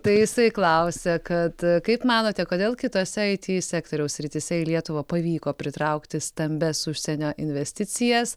tai jisai klausia kad kaip manote kodėl kitose it sektoriaus srityse į lietuvai pavyko pritraukti stambias užsienio investicijas